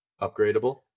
upgradable